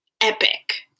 epic